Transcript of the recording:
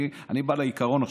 אני בא לעיקרון עכשיו.